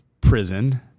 prison